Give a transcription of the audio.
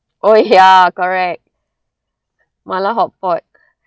oh ya correct mala hotpot